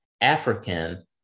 African